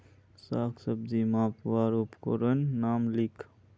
साग सब्जी मपवार उपकरनेर नाम लिख?